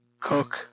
cook